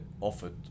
offered